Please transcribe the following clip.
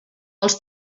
els